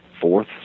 fourth